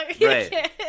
Right